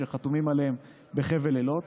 שחתומים עליו בחבל אילות.